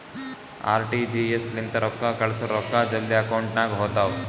RTGS ಲಿಂತ ರೊಕ್ಕಾ ಕಳ್ಸುರ್ ರೊಕ್ಕಾ ಜಲ್ದಿ ಅಕೌಂಟ್ ನಾಗ್ ಹೋತಾವ್